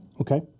Okay